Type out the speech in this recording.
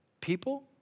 people